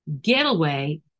getaway